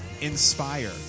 Inspire